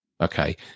okay